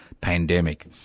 pandemic